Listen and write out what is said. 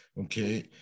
Okay